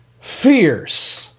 Fierce